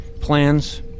plans